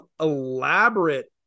elaborate